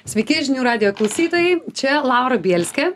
sveiki žinių radijo klausytojai čia laura bielskė